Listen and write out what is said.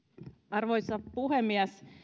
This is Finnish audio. arvoisa puhemies